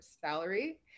salary